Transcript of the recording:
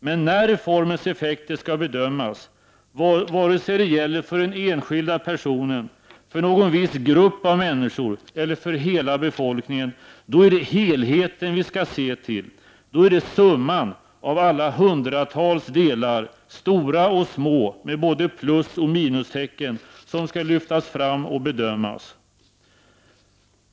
Men när reformens effekter skall bedömas, vare sig det gäller för den enskilda personen, för någon viss grupp av människor eller för hela befolkningen, är det helheten vi skall se till. Då är det summan av alla hundrabid tals delar, stora och små, med både plusoch minustecken, som skall lyftas fram och bedömas.